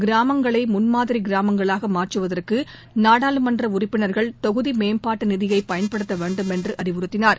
கிராமங்களை முன்மாதிரி கிராமங்களாக மாற்றுவதற்கு நாடாளுமன்ற உறுப்பினர்கள் தொகுதி மேம்பாடு நிதியை பயன்படுத்த வேண்டும் என்று அறிவுறுத்தினார்